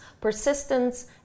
Persistence